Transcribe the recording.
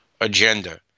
agenda